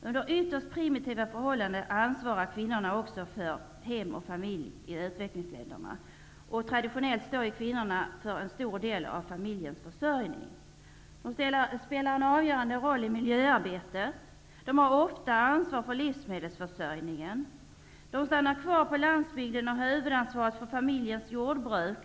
Under ytterst primitiva förhållanden ansvarar kvinnorna i utvecklingsländerna också för hem och familj. Traditionellt står ju kvinnorna där för en stor del av familjens försörjning. De spelar en avgörande roll i miljöarbetet, de har ofta ansvar för livsmedelsförsörjningen, de stannar kvar på landsbygden och har huvudansvaret för familjens jordbruk.